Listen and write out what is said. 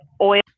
oil